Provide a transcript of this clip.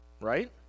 Right